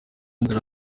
nzira